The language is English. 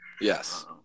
Yes